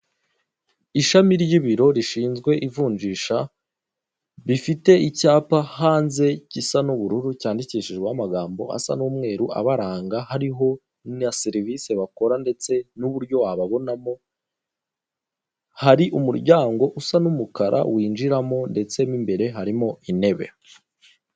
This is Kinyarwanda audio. Ishami ry'ibiro rishinzwe ivunjisha bifite icyapa hanze gisa n'ubururu cyandikishijweho amagambo asa n'umweru abaranga hariho na serivisi bakora ndetse n'uburyo wababonamo, hari umuryango usa n'umukara winjiramo ndetse n'imbere harimo intebe.